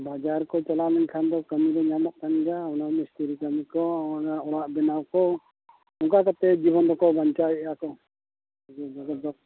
ᱵᱟᱡᱟᱨ ᱠᱚ ᱪᱟᱞᱟᱣ ᱞᱮᱱᱠᱷᱟᱱ ᱫᱚ ᱠᱟᱹᱢᱤ ᱫᱚ ᱧᱟᱢᱚᱜ ᱠᱟᱱ ᱜᱮᱭᱟ ᱚᱟᱱ ᱢᱤᱥᱛᱨᱤ ᱠᱟᱹᱢᱤ ᱠᱚ ᱚᱱᱟ ᱚᱲᱟᱜ ᱵᱮᱱᱟᱣ ᱠᱚ ᱚᱱᱠᱟ ᱠᱟᱛᱮᱫ ᱡᱤᱵᱚᱱ ᱫᱚᱠᱚ ᱵᱟᱧᱪᱟᱣᱮᱫᱼᱟ ᱠᱚ ᱡᱤᱵᱚᱱ ᱨᱮᱫᱚ